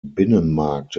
binnenmarkt